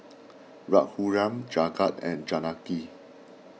Raghuram Jagat and Janaki